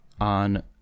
on